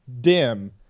dim